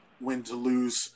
win-to-lose